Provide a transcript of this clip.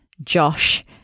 Josh